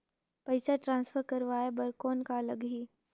पइसा ट्रांसफर करवाय बर कौन का लगही?